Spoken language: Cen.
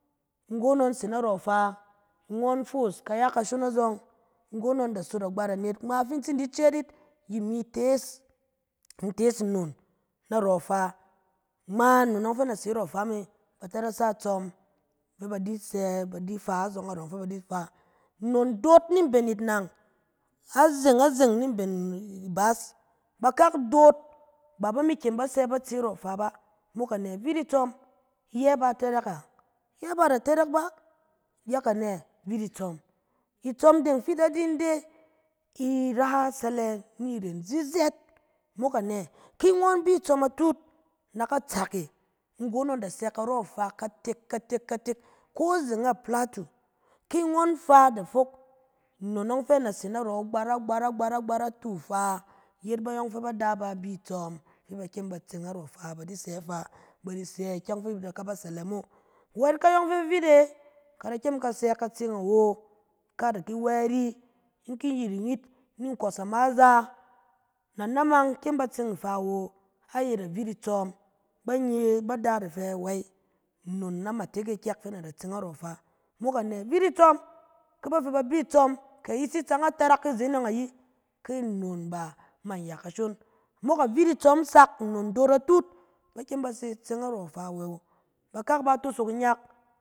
Nggon ngɔn se narɔ ifa, ngɔn foos ka ya kashon azɔng, nggon ngɔn da sot agbaat anet, ngma fin in di cɛɛt 'it, ye imi tees, in tees nnon narɔ ifa, ngma nnon ɔng fɛ ba se narɔ ifa me, ba tarasa itsɔm, fɛ ba di sɛ ba di fa narɔ ifa me, nnon doot ni mben ‘it nang, azeng, azeng, ni m-ben ibaas, bakak doot ba ba mi kyem ba sɛ ba tse narɔ ifa bá, mok anɛ? Vit itsɔm, iyɛ bá tɛrɛk a?, iyɛ bá da tɛrɛk bà, yak anɛ? Vit itsɔm. Itsɔm deng fi i da di ide, i ra sele ni rèn zizɛɛt, mok anɛ?, ki ngɔn bi tsɔm atut, na tsak e, nggon ngɔn da sɛ karɔ ifa katek, katek, katek, ko zeng na plato. Ki ngɔn fa da fok, nnon ɔng fɛ na se narɔ agbaat gbaat gbaat atu fa yet bayɔng fɛ bada bá bi tsɔm, fɛ ba kyem ba tseng narɔ ifa, ba di sɛ ifa, ba di sɛ ikyɛng fɛ ba da ka ba sele mo. Wɛt kayɔng fɛ vit e, ka da kyem ka sɛ ka tseng awo, ka da ki wɛy ari. Ki ki yiring 'it, ni nkɔs ama za, na namang kyem ba tseng ifa awo, aƴɛt a vit itsɔm, ba nye bada da fɛ wey, nnon na matek e kyɛk fɛ na na da tse narɔ ifa, mok anɛ? Vit itsɔm. Ke ba fɛ ba bi tsɔm, kɛ ayisi tsa atarak ni zen e yɔng ayi. Kɛ nnon bá man ya kashon, mok avit itsɔm sak nnon doot atut ba kyem ba sɛ tseng narɔ ifa wo, bakak bá tseng itosok inyek.